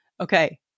Okay